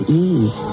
ease